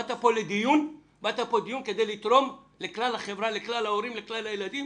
באת פה לדיון כדי לתרום לכלל החברה ולכלל ההורים ולכלל הילדים